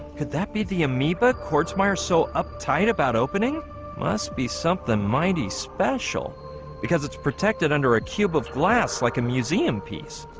could that be the amoeba courts myers so uptight about opening must be something mighty special because it's protected under a cube of glass like a museum piece